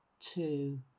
two